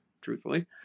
truthfully